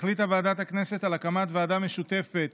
החליטה ועדת הכנסת על הקמת ועדה משותפת